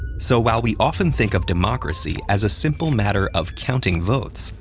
so while we often think of democracy as a simple matter of counting votes,